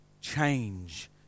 change